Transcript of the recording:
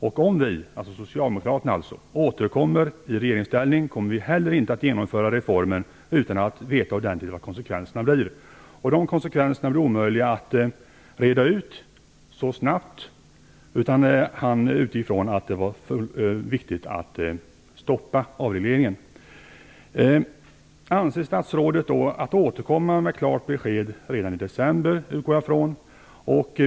Om vi återkommer i regeringsställning kommer vi heller inte att genomföra reformen utan att veta ordentligt vad konsekvenserna blir. Eftersom det är omöjligt att reda ut konsekvenserna så snabbt utgick han från att det var viktigt att stoppa avregleringen. Jag utgår från att statsrådet avser att återkomma med klart besked redan i december.